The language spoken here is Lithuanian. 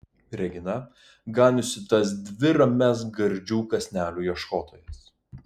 regina ganiusi tas dvi ramias gardžių kąsnelių ieškotojas